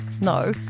No